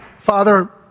Father